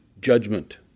judgment